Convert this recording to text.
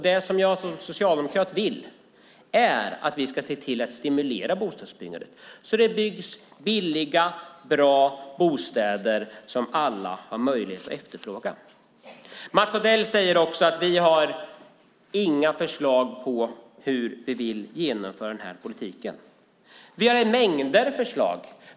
Det som jag som socialdemokrat vill är att vi ska se till att stimulera bostadsbyggandet så att det byggs billiga, bra bostäder som alla har möjlighet att efterfråga. Mats Odell säger också att vi inte har några förslag på hur den här politiken ska genomföras. Vi har mängder av förslag.